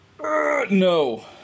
No